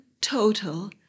total